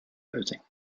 boating